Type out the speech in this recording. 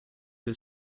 was